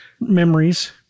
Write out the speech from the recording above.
memories